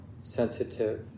sensitive